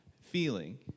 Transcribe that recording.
feeling